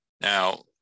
Now